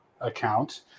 account